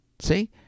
See